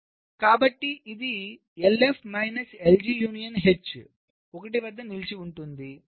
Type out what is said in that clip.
కాబట్టి ఇది LF minus LG union H 1 వద్ద నిలిచి ఉంటుంది